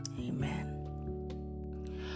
amen